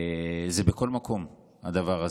זה בכל מקום, הדבר הזה,